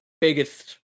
biggest